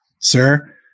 sir